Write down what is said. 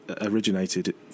originated